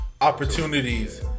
Opportunities